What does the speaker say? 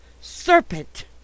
Serpent